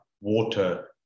water